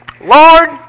Lord